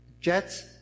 jets